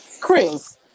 Chris